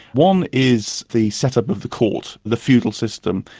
one is the set-up of the court, the feudal system,